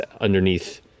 underneath